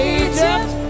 egypt